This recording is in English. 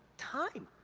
time,